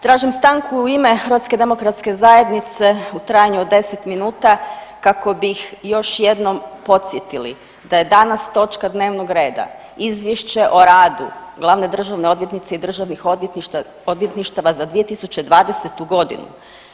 Tražim stanku u ime HDZ-a u trajanju od 10 minuta kako bih još jednom podsjetili da je danas točka dnevnog reda Izvješće o radu glavne državne odvjetnice i državnih odvjetništava za 2020. godinu.